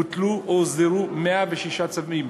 בוטלו או הוסדרו 106 צווים,